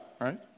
right